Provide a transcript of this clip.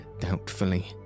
doubtfully